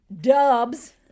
Dubs